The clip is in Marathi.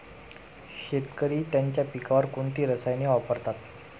शेतकरी त्यांच्या पिकांवर कोणती रसायने वापरतात?